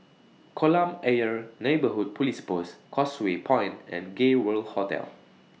Kolam Ayer Neighbourhood Police Post Causeway Point and Gay World Hotel